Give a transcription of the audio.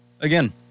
again